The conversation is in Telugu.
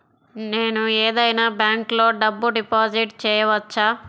నేను ఏదైనా బ్యాంక్లో డబ్బు డిపాజిట్ చేయవచ్చా?